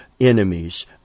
enemies